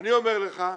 אני אומר לך: